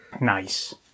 Nice